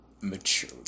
mature